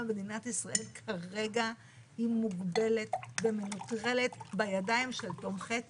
מדינת ישראל כרגע היא מוגבלת ומנוטרלת בידיים של תומכי טרור.